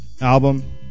album